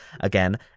again